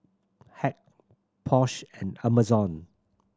Hack Porsche and Amazon